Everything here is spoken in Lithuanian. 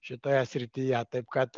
šitoje srityje taip kad